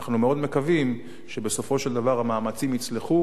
אנחנו מאוד מקווים שבסופו של דבר המאמצים יצלחו